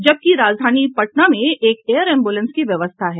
जबकि राजधानी पटना मेंएक एयर एम्बुलेंस की व्यवस्था है